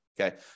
Okay